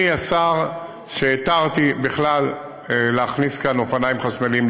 אני השר שהתיר בכלל להכניס לכאן אופניים חשמליים,